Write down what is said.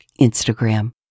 Instagram